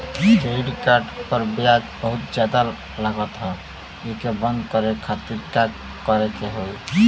Credit card पर ब्याज बहुते ज्यादा लगत ह एके बंद करे खातिर का करे के होई?